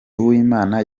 uwimana